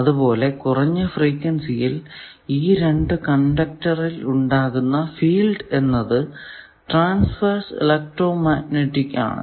അത് പോലെ കുറഞ്ഞ ഫ്രീക്വെൻസിയിൽ ഈ രണ്ടു കണ്ടക്ടറിൽ ഉണ്ടാകുന്ന ഫീൽഡ് എന്നത് ട്രാൻസ്വേർസ് ഇലക്ട്രോ മാഗ്നെറ്റിക് ആണ്